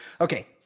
Okay